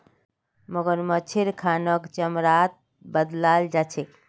मगरमच्छेर खालक चमड़ात बदलाल जा छेक